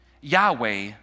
Yahweh